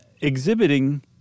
exhibiting